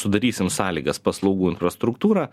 sudarysim sąlygas paslaugų infrastruktūrą